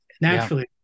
naturally